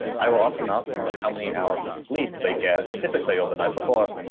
i will often ask them, how many hours of sleep they get typically, or the night before.